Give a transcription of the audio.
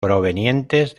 provenientes